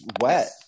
wet